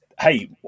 Hey